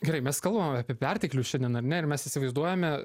gerai mes kalbam apie perteklių šiandien ar ne ir mes įsivaizduojame